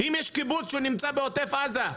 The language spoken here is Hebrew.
אם יש קיבוץ שנמצא בעוטף עזה?